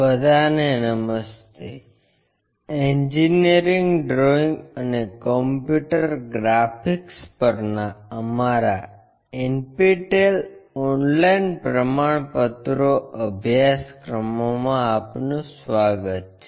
બધાને નમસ્તે engineering drawing અને કમ્પ્યુટર ગ્રાફિક્સ પરના અમારા NPTEL ઓનલાઇન પ્રમાણપત્રો અભ્યાસક્રમોમાં આપનું સ્વાગત છે